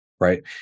right